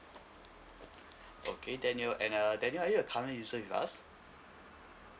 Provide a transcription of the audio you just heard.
okay danial and uh daniel are you a current user with us